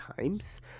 times